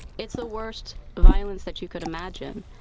it's the worst violence that you could imagine.